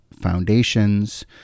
foundations